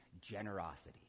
Generosity